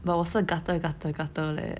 but 我是 gutter gutter gutter leh